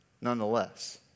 nonetheless